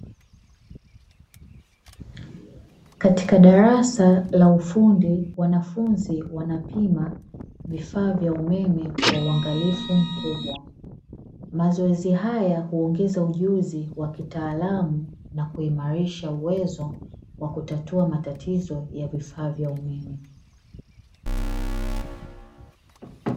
Katika darasa la ufundi wanafunzi wanapima vifaa vya umeme kwa uangalifu mkubwa. Mazoezi haya huongeza ujuzi wa kitaalamu na kuimarisha uwezo wa kutatua matatizo na vifaa vya umeme.